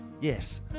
Yes